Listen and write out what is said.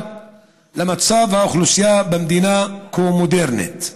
על מצב האוכלוסייה במדינה כה מודרנית.